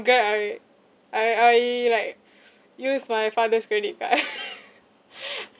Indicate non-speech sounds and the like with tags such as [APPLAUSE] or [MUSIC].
grab I I I like use my father's credit card [LAUGHS]